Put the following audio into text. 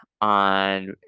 on